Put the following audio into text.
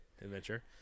Adventure